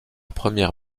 première